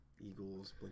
Eagles